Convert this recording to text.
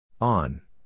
On